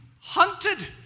hunted